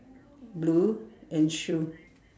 blue and shoe